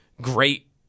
great